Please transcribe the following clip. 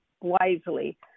wisely